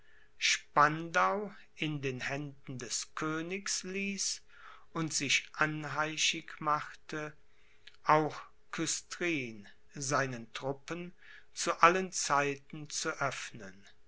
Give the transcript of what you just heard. in den händen des königs ließ und sich anheischig machte auch küstrin seinen truppen zu allen zeiten zu öffnen